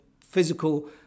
physical